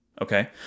Okay